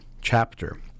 chapter